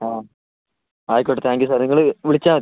ആ ആയിക്കോട്ടെ താങ്ക്യൂ സാറെ നിങ്ങൾ വിളിച്ചാൽ തി